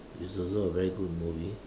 is also a very good movie